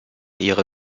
ihre